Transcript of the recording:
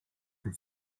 from